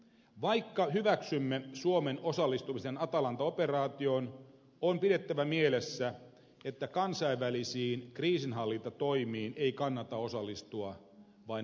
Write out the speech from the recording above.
vaikka hyväksymme suomen osallistumisen atalanta operaatioon on pidettävä mielessä että kansainvälisiin kriisinhallintatoimiin ei kannata osallistua vain osallistumisen vuoksi